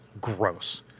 gross